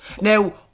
Now